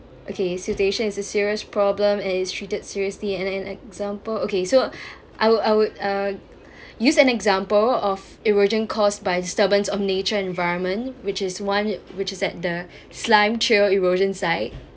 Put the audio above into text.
okay siltation is a serious problem and is treated seriously and an example okay so I would I would uh use an example of erosion caused by disturbance of nature environment which is one which is at the sime trail erosion site